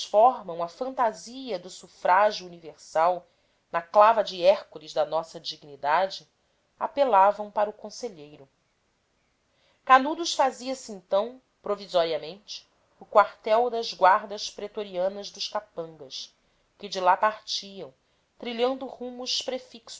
país transformam a fantasia do sufrágio universal na calva de hércules da nossa dignidade apelavam para o conselheiro canudos fazia-se então provisoriamente o quartel das guardas pretorianas dos capangas que de lá partiam trilhando rumos